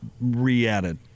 re-added